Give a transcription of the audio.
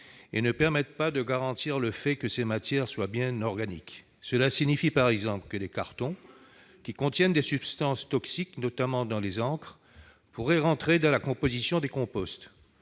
et ne permet pas de garantir que ces matières soient bien organiques. Cela signifie par exemple que les cartons, qui contiennent des substances toxiques, notamment dans les encres, pourraient entrer dans la composition des composts.